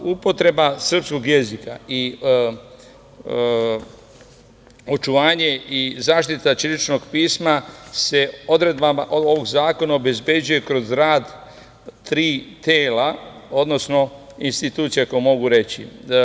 Upotreba srpskog jezika i očuvanje i zaštita ćiriličnog pisma se odredbama ovog zakona obezbeđuje kroz rad tri tela, odnosno institucija, ako mogu reći.